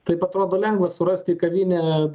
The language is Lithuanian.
taip atrodo lengva surasti kavinę